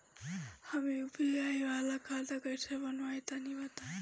हम यू.पी.आई वाला खाता कइसे बनवाई तनि बताई?